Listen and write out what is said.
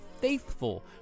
faithful